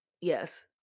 Yes